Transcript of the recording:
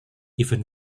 even